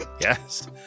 Yes